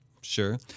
Sure